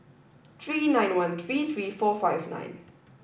three nine one three three four five nine